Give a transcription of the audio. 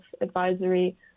Advisory